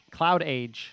Cloudage